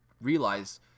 realize